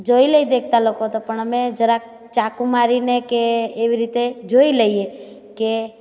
જોઈ લે દેખતા લોકો તો પણ અમે જરાક ચાકુ મારીને કે એવી રીતે જોઈ લઈએ કે